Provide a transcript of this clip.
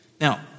Now